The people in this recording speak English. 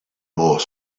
more